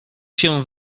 się